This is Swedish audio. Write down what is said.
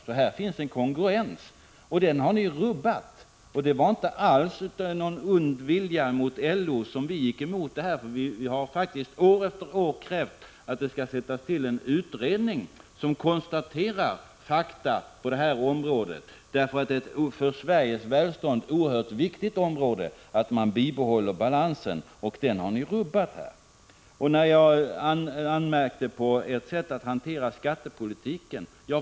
Här fanns alltså en kongruens, men den har ni rubbat. Det var inte alls någon ond vilja mot LO som gjorde att vi gick emot detta. Vi har år efter år krävt att det skulle sättas till en utredning som konstaterar fakta på det här området. Det är för Sveriges bästa oerhört viktigt att bibehålla denna balans, men den har ni som sagt rubbat. Visst anmärkte jag på ert sätt att hantera skattepolitiken.